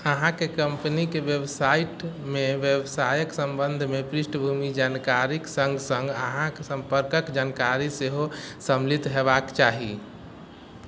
अहाँके कंपनीके वेबसाइटमे व्यवसायके सम्बन्धमे पृष्ठभूमि जानकारीक सङ्ग सङ्ग अहाँके संपर्कके जानकारी सेहो सम्मिलित हेबाक चाही